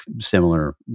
similar